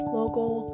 local